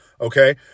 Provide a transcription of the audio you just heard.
okay